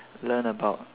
learn about